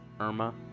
Irma